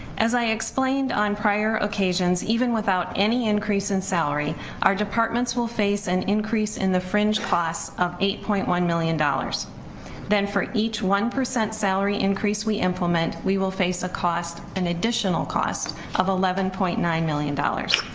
as i explained on prior occasions even without any increase in salary our departments will face an and increase in the fringe class of eight point one million dollars then for each one percent salary increase we implement we will face a cost an additional cost of eleven point nine million dollars.